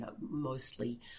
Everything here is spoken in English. mostly